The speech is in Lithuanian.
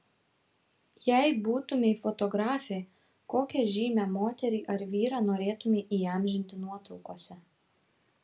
jei būtumei fotografė kokią žymią moterį ar vyrą norėtumei įamžinti nuotraukose